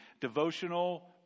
devotional